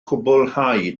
cwblhau